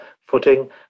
footing